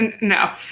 No